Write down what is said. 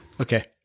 Okay